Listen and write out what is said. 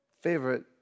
favorite